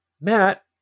Matt